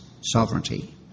sovereignty